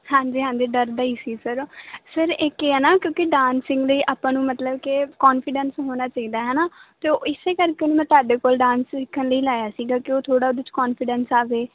ਹਾਂਜੀ ਹਾਂਜੀ ਡਰਦਾ ਹੀ ਸਰ ਸਰ ਇੱਕ ਇਹ ਹੈ ਨਾ ਕਿਉਂਕਿ ਡਾਂਸਿੰਗ ਲਈ ਆਪਾਂ ਨੂੰ ਮਤਲਬ ਕਿ ਕੋਨਫੀਡੈਂਸ ਹੋਣਾ ਚਾਹੀਦਾ ਹੈ ਨਾ ਅਤੇ ਉਹ ਇਸ ਕਰਕੇ ਉਹਨੂੰ ਮੈਂ ਤੁਹਾਡੇ ਕੋਲ ਡਾਂਸ ਸਿੱਖਣ ਲਈ ਲਾਇਆ ਸੀਗਾ ਕਿ ਉਹ ਥੋੜ੍ਹਾ ਉਹਦੇ 'ਚ ਕੋਂਨਫੀਡੈਂਸ ਆਵੇ